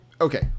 Okay